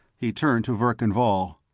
he turned to verkan vall.